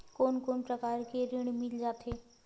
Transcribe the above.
कोन कोन प्रकार के ऋण मिल जाथे?